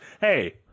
Hey